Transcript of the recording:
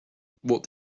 what